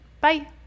bye